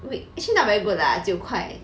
week actually not very good lah 九块